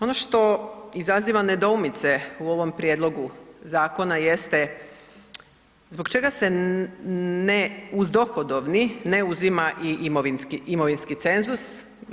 Ono što izaziva nedoumice u ovom prijedlogu zakona jeste, zbog čega se ne uz dohodovni ne uzima i imovinski cenzus.